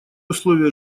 условия